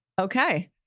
Okay